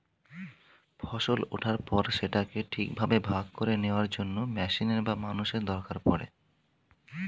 ফসল ওঠার পর সেটাকে ঠিকভাবে ভাগ করে নেওয়ার জন্য মেশিনের বা মানুষের দরকার পড়ে